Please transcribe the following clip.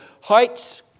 heights